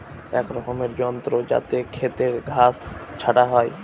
এক রকমের যন্ত্র যাতে খেতের ঘাস ছাটা হয়